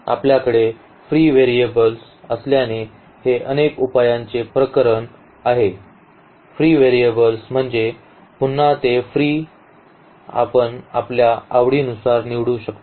आपल्याकडे free variables असल्याने हे अनेक उपायांचे प्रकरण आहे फ्री व्हेरिएबल्स म्हणजे पुन्हा ते फ्री आपण आपल्या आवडीनुसार निवडू शकता